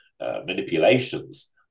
manipulations